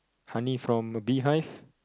honey from a bee hive